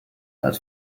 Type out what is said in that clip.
that